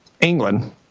England